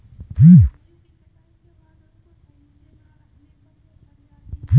सब्जियों की कटाई के बाद उनको सही से ना रखने पर वे सड़ जाती हैं